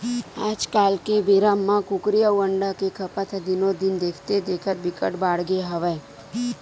आजकाल के बेरा म कुकरी अउ अंडा के खपत ह दिनो दिन देखथे देखत बिकट बाड़गे हवय